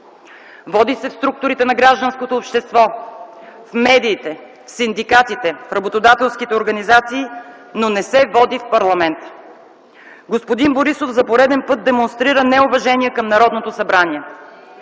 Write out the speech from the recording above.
води се в структурите на гражданското общество, в медиите, в синдикатите, в работодателските организации, но не се води в парламента. Господин Борисов за пореден път демонстрира неуважение към Народното събрание.